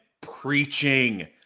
preaching